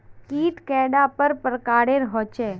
कीट कैडा पर प्रकारेर होचे?